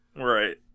right